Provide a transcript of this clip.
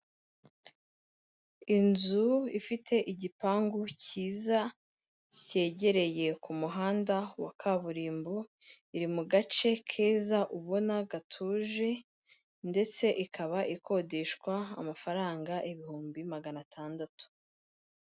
Inzu ifite igipangu cyiza cyegereye ku muhanda wa kaburimbo, iri mu gace keza ubona gatuje ndetse ikaba ikodeshwa amafaranga ibihumbi magana atandatu.